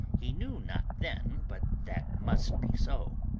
he knew not then but that must be so.